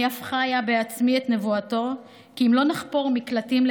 אני אף חיה בעצמי את נבואתו כי "לילדינו